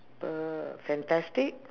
~per fantastic